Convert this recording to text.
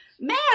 man